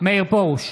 מאיר פרוש,